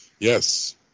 Yes